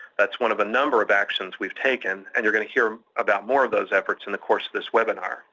that's one of a number of actions we've taken and you're going to hear about more of those efforts in the course of this webinar